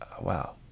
wow